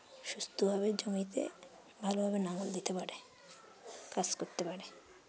সুস্থভাবে জমিতে ভালোভাবে লাঙল দিতে পারে কাজ করতে পারে